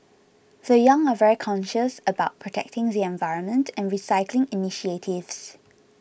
the young are very conscious about protecting the environment and recycling initiatives